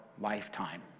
lifetime